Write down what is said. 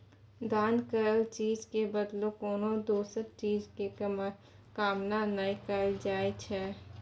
दान करल चीज के बदला कोनो दोसर चीज के कामना नइ करल जाइ छइ